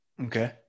Okay